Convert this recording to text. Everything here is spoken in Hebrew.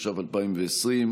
התש"ף 2020,